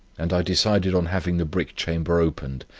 and i decided on having the brick-chamber opened,